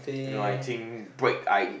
you know I think break I